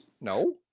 No